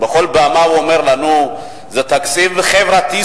שבכל פעם הוא אומר לנו: זה תקציב חברתי,